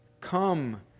Come